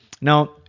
now